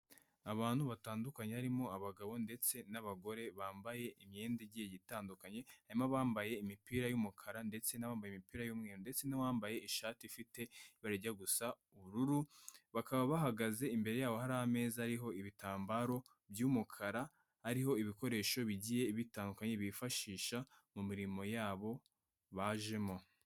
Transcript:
Abantu batandukanye, barimo abagabo ndetse n'abagore, bambaye imyenda igiye itandukanye, harimo abambaye imipira y'umukara ndetse n'abambaye imipira y'umweru, ndetse n'uwambaye ishati ifite ibara rijya gusa ubururu, bakaba bahagaze imbere yabo hari ameza ariho ibitambaro by'umukara, ariho ibikoresho bigiye bitandukanye, bifashisha mu mirimo yabo bajemo.